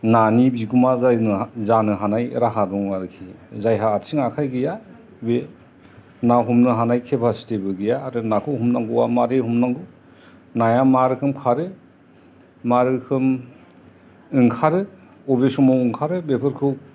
नानि बिगोमा जायनो जानो हानाय राहा दं आरोखि जायहा आथिं आखाय गैया बे ना हमनो हानाय खेफासिथिबो गैया आरो नाखौ हमनांगौवा माबोरै हमनांगौ नाया मा रोखोम खारो मा रोखोम ओंखारो बबे समाव ओंखारो बेफोरखौ